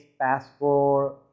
passport